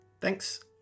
Thanks